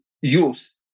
use